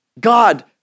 God